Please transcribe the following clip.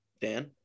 Dan